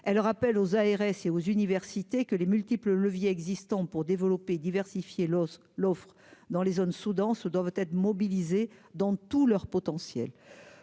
elle rappelle aux ARS et aux universités que les multiples leviers existants pour développer et diversifier l'offre, l'offre dans les zones sous-denses, doivent être mobilisées dans tout leur potentiel,